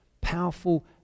powerful